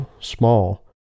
small